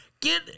get